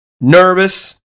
nervous